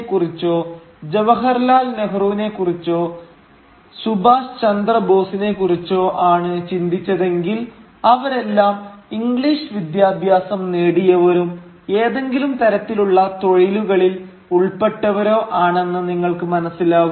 Gandhi കുറിച്ചോ ജവഹർലാൽ നെഹ്റുവിനെ കുറിച്ചോ സുഭാഷ് ചന്ദ്ര ബോസിനെ കുറിച്ചോ ആണ് ചിന്തിച്ചതെങ്കിൽ അവരെല്ലാം ഇംഗ്ലീഷ് വിദ്യാഭ്യാസം നേടിയവരും ഏതെങ്കിലും തരത്തിലുള്ള തൊഴിലുകളിൽ ഉൾപ്പെട്ടവരോ ആണെന്ന് നിങ്ങൾക്ക് മനസ്സിലാകും